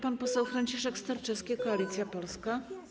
Pan poseł Franciszek Sterczewski, Koalicja Polska.